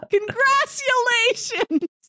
Congratulations